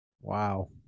Wow